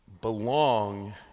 belong